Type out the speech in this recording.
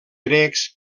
grecs